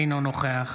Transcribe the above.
אינו נוכח